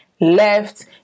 left